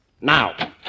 now